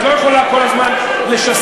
את לא יכולה כל הזמן לשסע.